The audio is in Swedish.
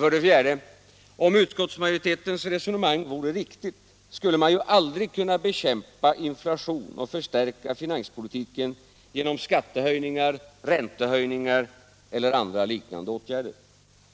För det fjärde: Om utskottsmajoritetens resonemang vore riktigt, skulle man ju aldrig kunna bekämpa inflation och förstärka finanspolitiken genom skattehöjningar, räntehöjningar eller andra liknande åtgärder.